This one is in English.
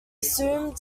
assumed